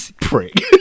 prick